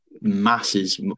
masses